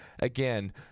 Again